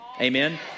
Amen